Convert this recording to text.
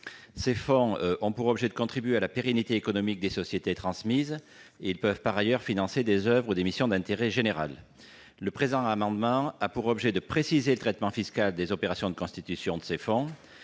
Ces fonds ont pour objet de contribuer à la pérennité économique des sociétés transmises. Ils pourront par ailleurs financer des oeuvres ou missions d'intérêt général. Le présent amendement a pour objet de préciser le traitement fiscal des opérations de constitution de ces fonds.